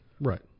Right